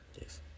Yes